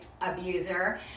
abuser